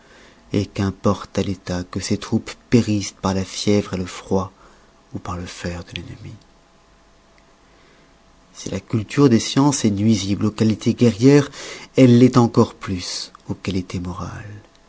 qu'importe à l'etat que ses troupes périssent par la fièvre le froid ou par le fer de l'ennemi si la culture des sciences est nuisible aux qualités guerrières elle l'est encore plus aux qualités morales